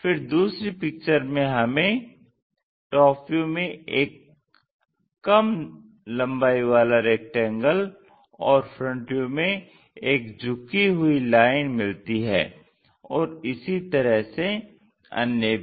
फिर दूसरी पिक्चर में हमें TV में एक काम लम्बाई वाला रैक्टेंगल और FV में एक झुकी हुई लाइन मिलती है और इसी तरह से अन्य भी